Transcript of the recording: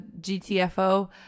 GTFO